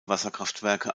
wasserkraftwerke